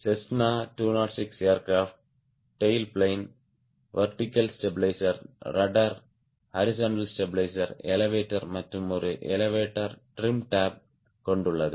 Cessna 206 aircraft tail plane vertical stabiliser rudder horizontal stabiliser elevator மற்றும் ஒரு elevator trim tab கொண்டுள்ளது